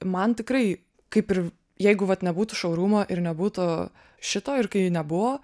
man tikrai kaip ir jeigu vat nebūtų šourumo ir nebūtų šito ir kai nebuvo